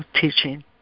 teaching